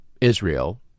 Israel